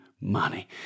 money